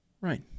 Right